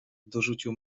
dorzucił